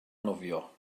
nofio